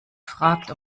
fragt